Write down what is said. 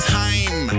time